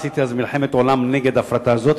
עשיתי אז מלחמת עולם נגד ההפרטה הזאת,